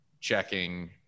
checking